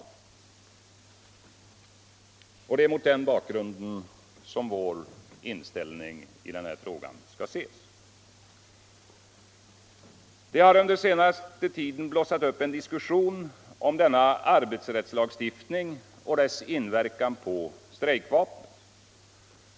Det är mot denna bakgrund som vår inställning till denna fråga skall ses. Det har under senaste tiden blossat upp en diskussion om denna arbetsrättslagstiftning och dess inverkan på strejkvapnet.